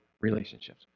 relationships